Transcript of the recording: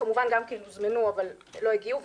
שכמובן בל"ד גם הוזמנו אבל לא הגיעו,